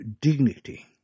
dignity